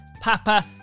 Papa